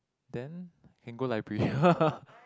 then can go library